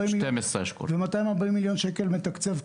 12. וכמה 240 מיליון שקל יכולים לתקצב?